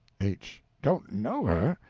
h. don't know her?